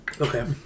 Okay